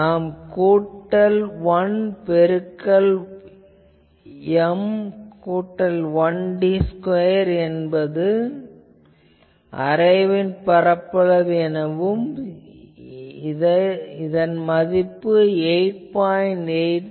நாம் N கூட்டல் 1 பெருக்கல் M கூட்டல் 1 d ஸ்கொயர் என்பது அரேவின் பரப்பளவு இது 8